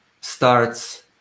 starts